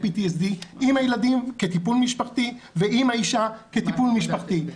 PTSD עם הילדים כטיפול משפחתי ועם האישה כטיפול משפחתי.